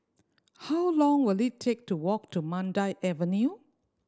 how long will it take to walk to Mandai Avenue